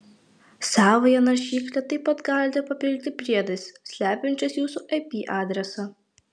savąją naršyklę taip pat galite papildyti priedais slepiančiais jūsų ip adresą